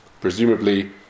Presumably